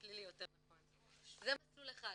זה מסלול אחד.